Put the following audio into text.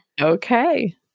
Okay